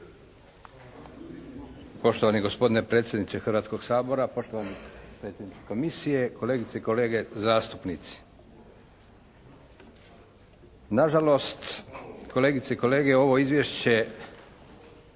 Poštovani gospodine predsjedniče Hrvatskog sabora, poštovani predsjedniče Komisije, kolegice i kolege zastupnici. Na žalost kolegice i kolege, ovo izvješće